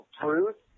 truth